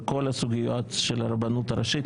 בכל הסוגיות של הרבנות הראשית.